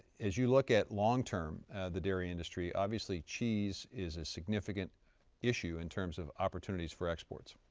as you look at long-term the dairy industry, obviously cheese is a significant issue in terms of opportunities for exports.